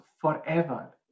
forever